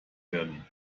werden